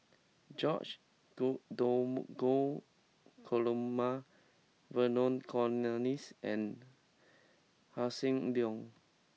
George go dom go Dromgold Coleman Vernon Cornelius and Hossan Leong